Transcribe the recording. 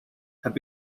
have